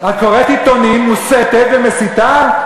את קוראת עיתונים, מוסתת, ומסיתה?